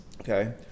okay